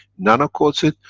nano-coats it,